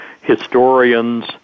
historians